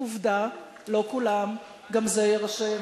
עובדה, לא כולם, גם זה יירשם.